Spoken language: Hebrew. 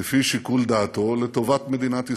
לפי שיקול דעתו לטובת מדינת ישראל.